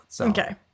Okay